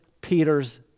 Peter's